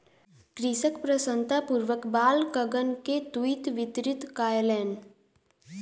कृषक प्रसन्नतापूर्वक बालकगण के तूईत वितरित कयलैन